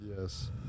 Yes